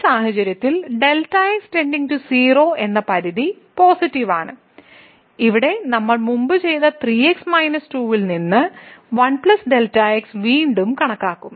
ഈ സാഹചര്യത്തിൽ Δ x → 0 എന്ന പരിധി പോസിറ്റീവ് ആണ് ഇവിടെ നമ്മൾ മുമ്പ് ചെയ്ത 3x 2 ൽ നിന്ന് 1 Δ x വീണ്ടും കണക്കാക്കും